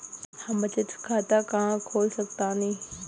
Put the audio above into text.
हम बचत खाता कहां खोल सकतानी?